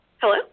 Hello